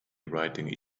writing